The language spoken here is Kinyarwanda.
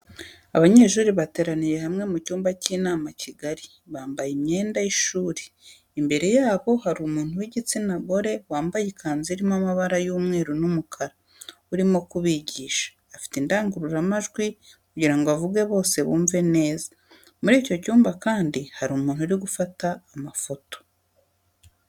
Abanyeshuri bateraniye hamwe mu cyumba cy'inama kigari bambaye imyenda y'ishuri, imbere yabo hari umuntu w'igitsina gore wambaye ikanzu irimo amabara y'umweu n'umukara urimo kubigisha, afite indangururamajwi kugira ngo avuge bose bamwumve neza. Muri icyo cyumba kandi hari umuntu uri gufata amafoto.